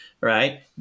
Right